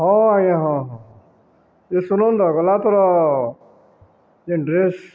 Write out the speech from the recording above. ହଁ ଆଜ୍ଞା ହଁ ହଁ ଏ ସୁନନ୍ଦ ଗଲା ତୋର ଏ ଡ୍ରେସ